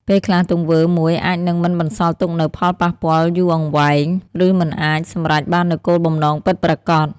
ពេលខ្លះ ទង្វើមួយអាចនឹងមិនបន្សល់ទុកនូវផលប៉ះពាល់យូរអង្វែង ឬមិនអាចសម្រេចបាននូវគោលបំណងពិតប្រាកដ។